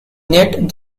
knit